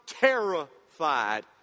terrified